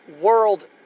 world